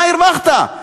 מה הרווחת?